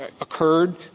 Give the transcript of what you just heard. occurred